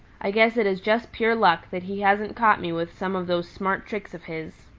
i guess it is just pure luck that he hasn't caught me with some of those smart tricks of his.